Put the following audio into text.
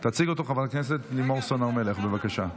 תציג אותו חברת הכנסת לימור סון הר מלך, בבקשה.